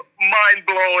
mind-blowing